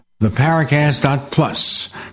theparacast.plus